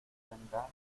rendaje